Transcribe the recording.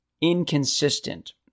inconsistent